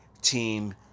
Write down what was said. Team